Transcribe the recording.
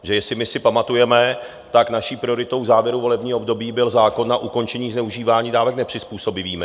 Jestli my si pamatujeme, tak naší prioritou v závěru volebního období byl zákon na ukončení zneužívání dávek nepřizpůsobivými.